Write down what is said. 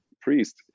priest